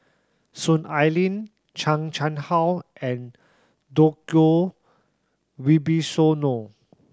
Soon Ai Ling Chan Chang How and Djoko Wibisono